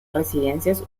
residencias